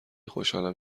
خوشحالم